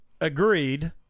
agreed